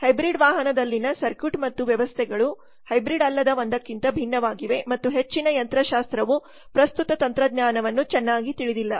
hybrid ವಾಹನದಲ್ಲಿನ circuit ಮತ್ತು ವ್ಯವಸ್ಥೆಗಳು ಹೈಬ್ರಿಡ್ ಅಲ್ಲದ ಒಂದಕ್ಕಿಂತ ಭಿನ್ನವಾಗಿವೆ ಮತ್ತು ಹೆಚ್ಚಿನ ಯಂತ್ರಶಾಸ್ತ್ರವು ಪ್ರಸ್ತುತ ತಂತ್ರಜ್ಞಾನವನ್ನು ಚೆನ್ನಾಗಿ ತಿಳಿದಿಲ್ಲ